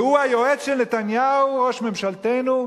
והוא היועץ של נתניהו ראש ממשלתנו?